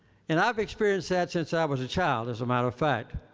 and i've experienced that since i was a child, as a matter of fact.